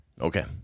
Okay